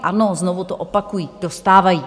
Ano, znovu to opakuji, dostávají.